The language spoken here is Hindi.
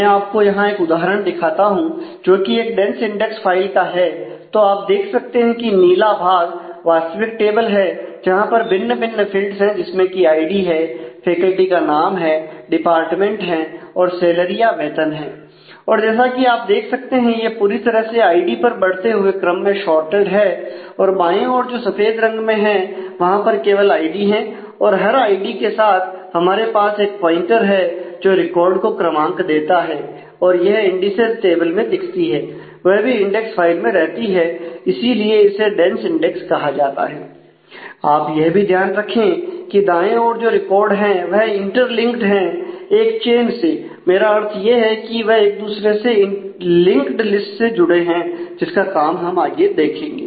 मैं आपको यहां एक उदाहरण दिखाता हूं जो कि एक डेंस इंडेक्स से जुड़े हैं जिसका काम हम आगे देखेंगे